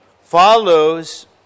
follows